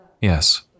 Yes